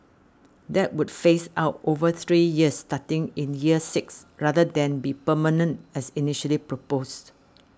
that would phase out over three years starting in year six rather than be permanent as initially proposed